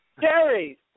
Jerry